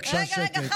בבקשה שקט.